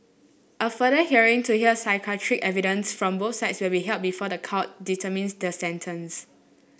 a further hearing to hear psychiatric evidences from both sides will be held before the court determines their sentence